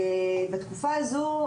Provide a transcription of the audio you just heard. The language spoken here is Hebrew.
ובתקופה זו,